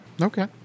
Okay